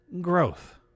growth